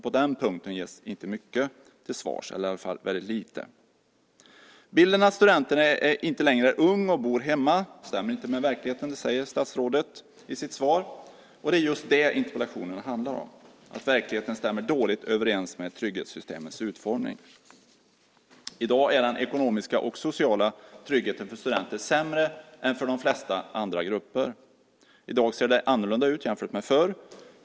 På den punkten ges inte mycket till svar - i alla fall lite. Bilden av att studenten är ung och bor hemma stämmer inte längre med verkligheten, säger statsrådet i sitt svar. Det är just det interpellationen handlar om, nämligen att verkligheten stämmer dåligt överens med trygghetssystemens utformning. I dag är den ekonomiska och sociala tryggheten för studenter sämre än för de flesta andra grupper. I dag ser det annorlunda ut jämfört med förr.